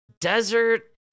desert